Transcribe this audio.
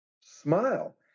smile